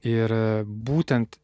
ir būtent